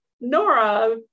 Nora